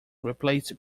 replaced